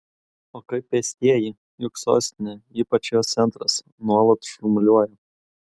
o kaip pėstieji juk sostinė ypač jos centras nuolat šurmuliuoja